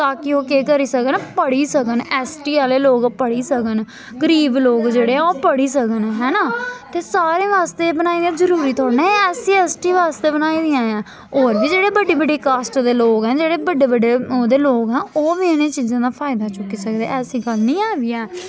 ताकि ओह् केह् करी सकन पढ़ी सकन एस टी आह्ले लोक पढ़ी सकन गरीब लोक जेह्ड़े ऐ ओह् पढ़ी सकन हैना ते सारें बास्तै बनाई दियां जरूरी थोह्ड़ी ने एस सी एस टी बास्तै बनाई दियां होर बी जेह्ड़े बड्डी बड्डी कास्ट दे लोक न जेह्ड़े बड्डे बड्डे ओह्दे लोक न ओह् बी इ'नें चीजें दा फायदा चुक्की सकदे ऐसी गल्ल निं ऐ बी ऐ